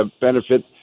benefit